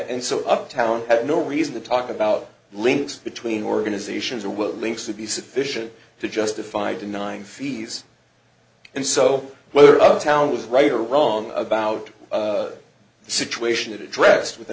and so uptown had no reason to talk about links between organizations or world links would be sufficient to justify denying fees and so whether uptown was right or wrong about the situation addressed with